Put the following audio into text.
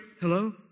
Hello